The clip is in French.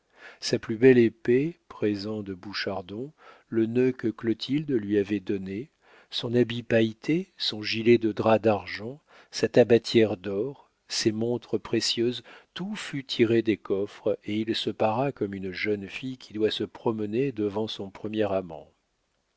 sa plus belle épée présent de bouchardon le nœud que clotilde lui avait donné son habit pailleté son gilet de drap d'argent sa tabatière d'or ses montres précieuses tout fut tiré des coffres et il se para comme une jeune fille qui doit se promener devant son premier amant